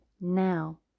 Now